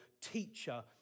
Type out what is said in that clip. teacher